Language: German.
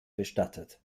bestattet